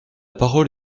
parole